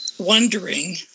wondering